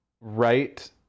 right